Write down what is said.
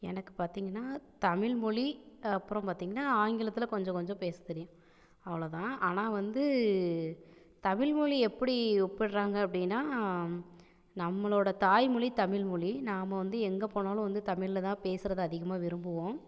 எனக்கு பாத்திங்கன்னா தமிழ்மொழி அப்புறம் பாத்திங்கன்னா ஆங்கிலத்தில் கொஞ்சம் கொஞ்சம் பேச தெரியும் அவ்வளோ தான் ஆனால் வந்து தமிழ்மொழி எப்படி ஒப்பிடுறாங்க அப்படின்னா நம்மளோட தாய்மொழி தமிழ்மொழி நாம வந்து எங்கள் போனாலும் வந்து தமிழில் தான் பேசுறது அதிகமாக விரும்புவோம்